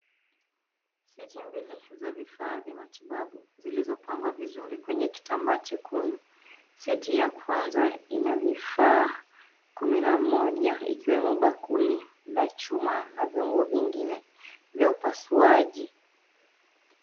Seti mbili za vifaa vya matibabu zilizopangwa vizuri kwenye kitambaa chekundu. Seti ya kwanza ina vifaa kumi na moja ikiwemo bakuli la chuma na vyombo vingine vya upasuaji.